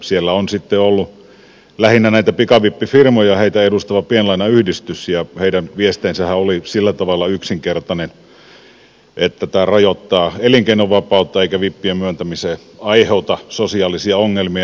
sellainen on ollut lähinnä näitä pikavippifirmoja edustava pienlainayhdistys ja heidän viestinsähän oli sillä tavalla yksinkertainen että tämä rajoittaa elinkeinovapautta eikä vippien myöntäminen aiheuta sosiaalisia ongelmia